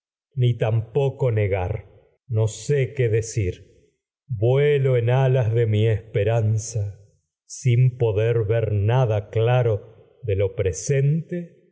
ni tampoco negar mi esperanza no sé qué de cir vuelo de alas de sin poder ver nada claro lo presente